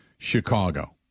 Chicago